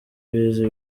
bize